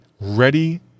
ready